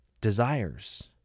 desires